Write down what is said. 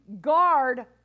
guard